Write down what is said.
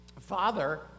Father